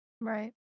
Right